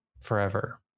forever